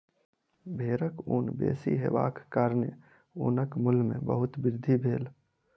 भेड़क ऊन बेसी हेबाक कारणेँ ऊनक मूल्य में बहुत वृद्धि भेल